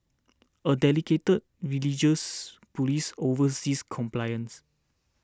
a dedicated religious police oversees compliance